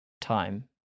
time